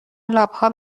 لاپها